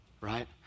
right